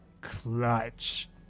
clutch